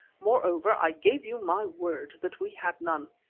moreover, i give you my word that we have none.